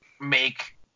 make